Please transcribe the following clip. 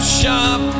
shop